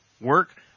work